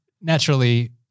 naturally